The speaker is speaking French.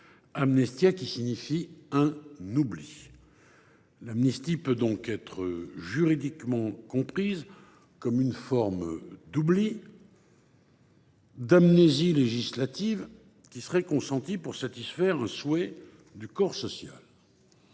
ancien, qui signifie « un oubli ». L’amnistie peut donc être juridiquement comprise comme une forme d’oubli, d’amnésie législative, qui serait consentie pour satisfaire un souhait du corps social.